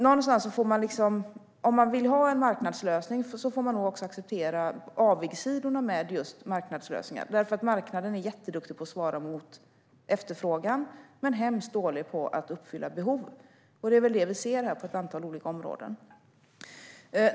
Vill man ha en marknadslösning får man nog acceptera avigsidorna med densamma, för marknaden är jätteduktig på att möta efterfrågan men hemskt dålig på att uppfylla behov. Det ser vi på ett antal olika områden.